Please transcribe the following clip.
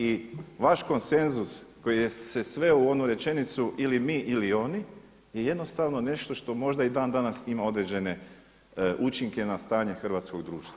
I vaš konsenzus koji se je sveo u onu rečenicu ili mi ili oni je jednostavno nešto što možda i dan danas ima određene učinke na stanje hrvatskog društva.